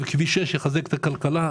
כביש 6 יחזק את הכלכלה,